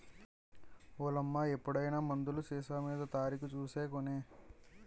ఓలమ్మా ఎప్పుడైనా మందులు సీసామీద తారీకు సూసి కొనే